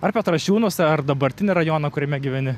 ar petrašiūnus ar dabartinį rajoną kuriame gyveni